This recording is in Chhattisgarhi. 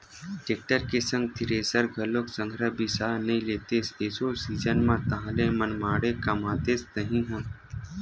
टेक्टर के संग थेरेसर घलोक संघरा बिसा नइ लेतेस एसो सीजन म ताहले मनमाड़े कमातेस तही ह